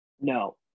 No